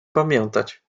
pamiętać